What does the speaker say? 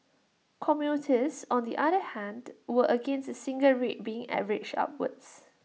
commuters on the other hand were against A single rate being averaged upwards